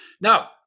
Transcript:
Now